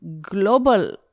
global